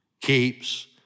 keeps